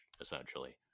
essentially